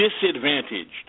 disadvantaged